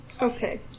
Okay